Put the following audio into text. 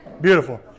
Beautiful